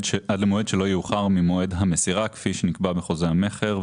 שלא יאוחר ממועד המסירה כפי שנקבע בחוזה המכר,